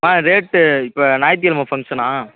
ஆ rate இப்போ ஞாயித்துக்கிலம ஃபங்க்ஷனா